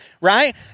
right